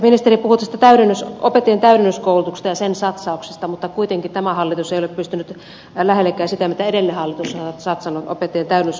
ministeri puhui opettajien täydennyskoulutuksesta ja sen satsauksista mutta kuitenkaan tämä hallitus ei ole pystynyt lähellekään siihen mitä edellinen hallitus on satsannut opettajien täydennyskoulutukseen